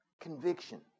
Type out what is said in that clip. Conviction